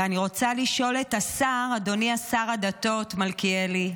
ואני רוצה לשאול את השר, אדוני שר הדתות מלכיאלי,